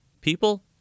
people